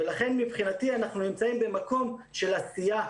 ולכן מבחינתי אנחנו נמצאים במקום של עשייה,